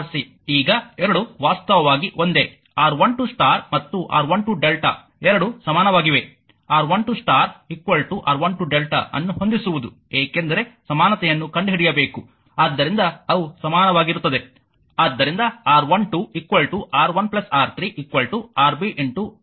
ಈಗ ಎರಡೂ ವಾಸ್ತವವಾಗಿ ಒಂದೇ R1 2 ಸ್ಟಾರ್ ಮತ್ತು R1 2 Δ ಎರಡೂ ಸಮಾನವಾಗಿವೆ R12 ಸ್ಟಾರ್ R12 Δ ಅನ್ನು ಹೊಂದಿಸುವುದು ಏಕೆಂದರೆ ಸಮಾನತೆಯನ್ನು ಕಂಡುಹಿಡಿಯಬೇಕು ಆದ್ದರಿಂದ ಅವು ಸಮಾನವಾಗಿರುತ್ತದೆ